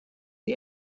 sie